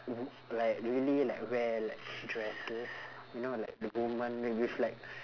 like really like wear like dresses you know like the women they with like